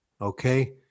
okay